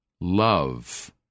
love